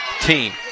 team